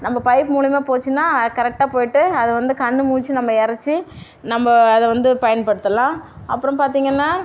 நம்ம பைப் மூலிமா போச்சின்னால் கரெக்டாக போயிட்டு அதை வந்து கண் முழிச்சி நம்ம எறைச்சி நம்ம அதை வந்து பயன்படுத்தலாம் அப்புறம் பார்த்திங்கன்னா